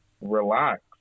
relax